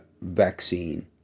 vaccine